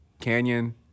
Canyon